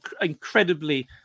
incredibly